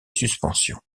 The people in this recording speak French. suspensions